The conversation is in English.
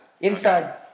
inside